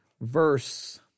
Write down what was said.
Verse